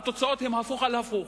התוצאות הן הפוך על הפוך.